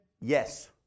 Yes